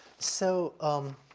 so, um,